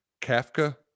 kafka